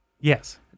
Yes